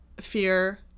fear